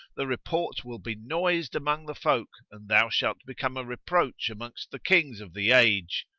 the report will be noised among the folk and thou shalt become a reproach amongst the kings of the age!